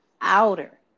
outer